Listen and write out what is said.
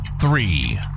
three